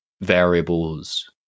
variables